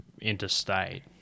interstate